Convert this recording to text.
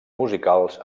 musicals